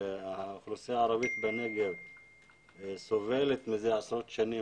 האוכלוסייה הערבית בנגב סובלת מזה עשרות שנים